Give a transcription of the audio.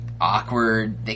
awkward